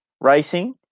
racing